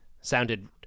sounded